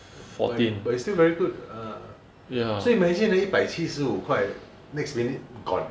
b~ but it's still very good err so you imagine ah 一百七十五块 next minute gone